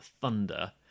thunder